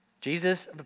Jesus